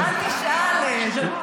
לכבודו של הבית הזה.